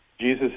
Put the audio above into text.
Jesus